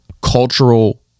cultural